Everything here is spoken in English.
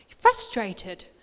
frustrated